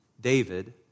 David